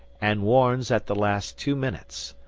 and warns at the last two minutes,